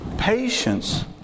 Patience